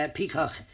Peacock